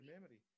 memory